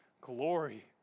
glory